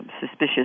suspicious